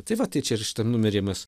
tai vat čia ir šitam numeryje mes